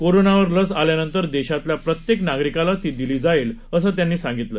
कोरोनावर लस आल्यानंतर देशातल्या प्रत्येक नागरिकाला ती दिली जाईल असं त्यांनी सांगितलं